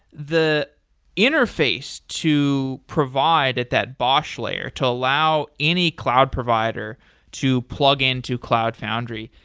the interface to provide at that bosh layer to allow any cloud provider to plug in to cloud foundry,